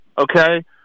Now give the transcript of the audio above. okay